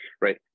Right